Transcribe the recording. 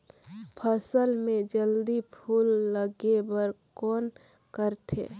फसल मे जल्दी फूल लगे बर कौन करथे?